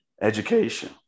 education